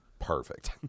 perfect